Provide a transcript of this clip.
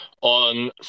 on